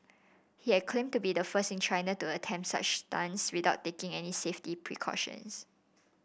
he had claimed to be the first in China to attempt such stunts without taking any safety precautions